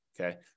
Okay